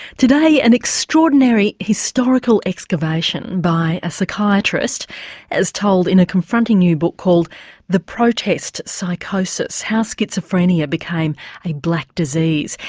today an extraordinary historical excavation by a psychiatrist as told in a confronting new book called the protest psychosis how schizophrenia became a black disease.